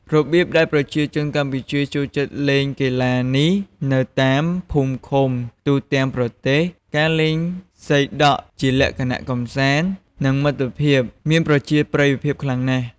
របៀបដែលប្រជាជនកម្ពុជាចូលចិត្តលេងកីឡានេះ នៅតាមភូមិ-ឃុំ ទូទាំងប្រទេស ការលេងសីដក់ជាលក្ខណៈកម្សាន្ត និងមិត្តភាពមានប្រជាប្រិយភាពខ្លាំងណាស់។